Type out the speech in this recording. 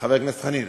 חבר הכנסת חנין,